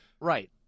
Right